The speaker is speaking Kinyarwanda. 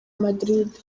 madrid